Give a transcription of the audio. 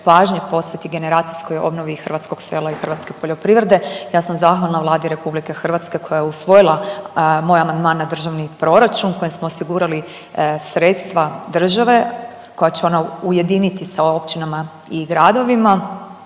pažnje posveti generacijskoj obnovi hrvatskog sela i hrvatske poljoprivrede. Ja sam zahvalna Vladi RH koja je usvojila moj amandman na državni proračun kojim smo osigurali sredstva države koja će ona ujediniti sa općinama i gradovima,